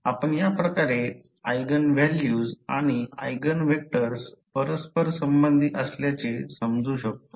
तर आपण याप्रकारे ऎगेन व्हॅल्यूज आणि ऎगेन व्हेक्टर्स परस्परसंबंधि असल्याचे समजू शकतो